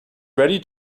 ready